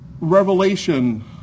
Revelation